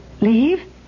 Leave